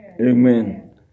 Amen